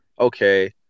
okay